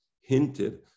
hinted